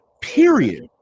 period